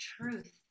truth